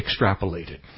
extrapolated